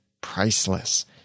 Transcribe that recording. priceless